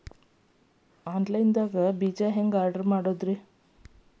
Online ದಾಗ ಬೇಜಾ ಹೆಂಗ್ ಆರ್ಡರ್ ಮಾಡೋದು?